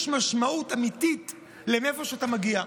יש משמעות אמיתית לאיפה שאתה מגיע.